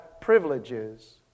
privileges